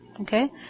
Okay